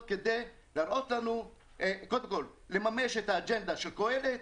כדי קודם כל לממש את האג'נדה של קהלת,